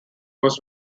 was